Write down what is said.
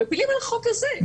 מפילים על החוק הזה.